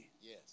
Yes